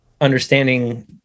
understanding